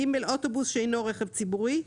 (ג) אוטובוס שאינו רכב ציבורי,